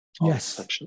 Yes